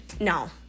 No